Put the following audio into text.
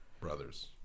brothers